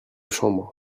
chambre